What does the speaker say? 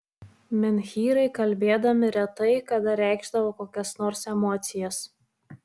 menhyrai kalbėdami retai kada reikšdavo kokias nors emocijas